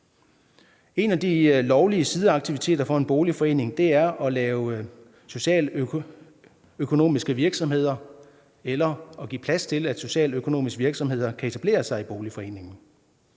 En af de lovlige sideaktiviteter for en boligforening er at lave socialøkonomiske virksomheder eller at give plads til, at socialøkonomiske virksomheder kan etablere sig i boligforeningen.